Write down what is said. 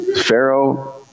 Pharaoh